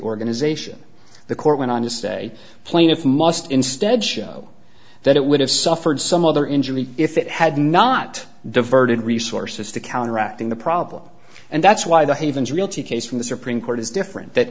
organization the court went on to say plaintiff must instead show that it would have suffered some other injury if it had not diverted resources to counteracting the problem and that's why the havens realty case from the supreme court is different that